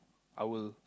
I will